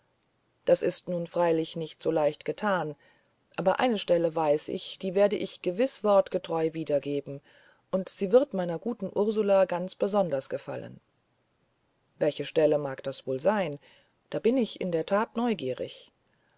das ist nun freilich nicht so leicht getan aber eine stelle weiß ich die werde ich gewiß wortgetreu wiedergeben und sie wird meiner guten ursula ganz besonders gefallen welche stelle mag das wohl sein da bin ich in der tat neugierig